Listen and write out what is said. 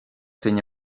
zein